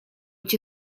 cię